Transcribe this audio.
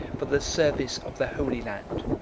for the service of the holy land.